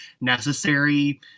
necessary